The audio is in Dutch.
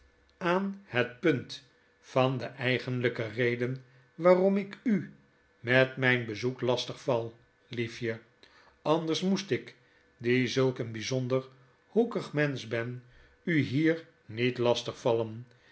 aan het punt van de eigenlijke reden waarom ik u met mijn bezoek lastig val liefje anders moest ik die zulk eenbijzonder hoelig mensch ben u hier niet lastig vallen